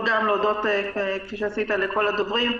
אני גם רוצה להודות לכל הדוברים.